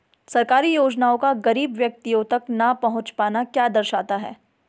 सरकारी योजनाओं का गरीब व्यक्तियों तक न पहुँच पाना क्या दर्शाता है?